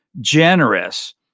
generous